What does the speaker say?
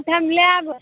हम लेब